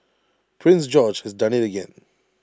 prince George has done IT again